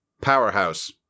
powerhouse